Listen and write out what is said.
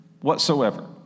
whatsoever